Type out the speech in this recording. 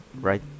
right